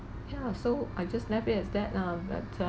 ya so I just left it as that lah but uh